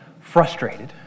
frustrated